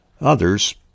Others